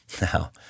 Now